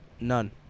none